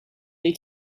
they